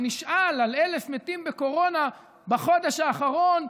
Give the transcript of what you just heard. שנשאל על 1,000 מתים בקורונה בחודש האחרון,